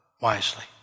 wisely